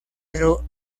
pero